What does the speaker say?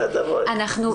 בסדר, בואי ,